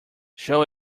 show